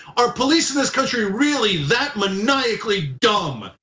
are police in this country really that maniacally dumb?